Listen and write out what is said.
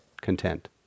content